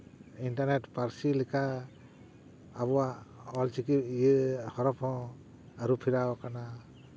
internet ᱯᱟᱹᱨᱥᱤ ᱞᱮᱠᱟ ᱟᱵᱚᱣᱟᱜ ᱚᱞ ᱪᱤᱠᱤ ᱤᱭᱟᱹ ᱦᱚᱨᱚᱯᱷ ᱦᱚᱸ ᱟᱹᱨᱩ ᱯᱷᱮᱨᱟᱣ ᱟᱠᱟᱱᱟ